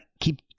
keep